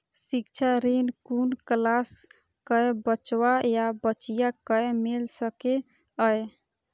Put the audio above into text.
शिक्षा ऋण कुन क्लास कै बचवा या बचिया कै मिल सके यै?